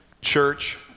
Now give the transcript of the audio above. church